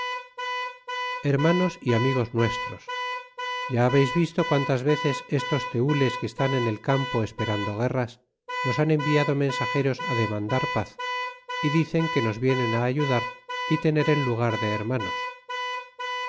hermanos y amigos nuestros ja habeis visto quantas veces estos tenles que estan en el campo esperando guerras nos han enviado mensageros demandar paz y dicen que nos vienen ayudar y tener en lugar de hermanos